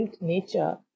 nature